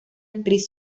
actriz